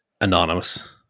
Anonymous